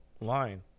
line